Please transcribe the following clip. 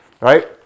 right